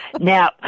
now